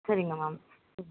சரிங்க மேம்